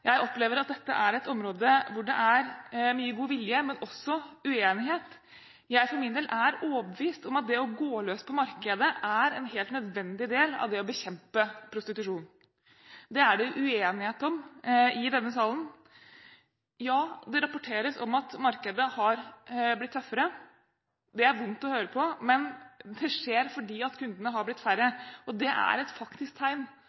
Jeg opplever at dette er et område hvor det er mye god vilje, men også uenighet. Jeg for min del er overbevist om at det å gå løs på markedet er en helt nødvendig del av det å bekjempe prostitusjon. Det er det uenighet om i denne salen. Ja, det rapporteres om at markedet har blitt tøffere. Det er det vondt å høre om, men det skjer fordi kundene har blitt færre, og det er faktisk et tegn